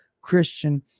Christian